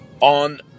on